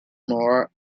mora